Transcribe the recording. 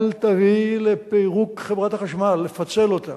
אל תביא לפירוק חברת החשמל, לפצל אותה.